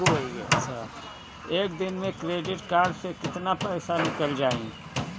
एक दिन मे क्रेडिट कार्ड से कितना पैसा निकल जाई?